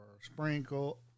sprinkle